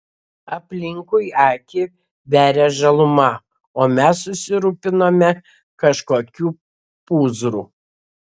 aplinkui akį veria žaluma o mes susirūpinome kažkokiu pūzru